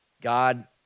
God